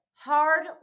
Hard